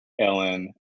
Ellen